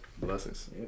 Blessings